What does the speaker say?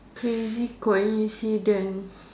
crazy coincidence